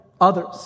others